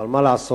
אבל מה לעשות,